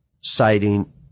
citing